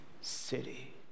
city